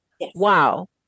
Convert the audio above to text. Wow